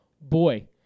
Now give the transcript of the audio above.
boy